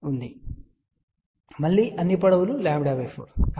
ఇప్పుడు మళ్ళీ అన్ని పొడవులు λ4